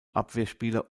abwehrspieler